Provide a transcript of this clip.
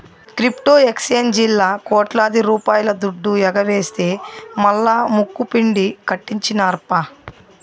crypto ఎక్సేంజీల్లా కోట్లాది రూపాయల దుడ్డు ఎగవేస్తె మల్లా ముక్కుపిండి కట్టించినార్ప